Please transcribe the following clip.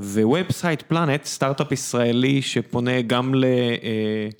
זה וובסייט פלנט, סטארט-אפ ישראלי שפונה גם ל